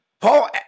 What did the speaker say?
Paul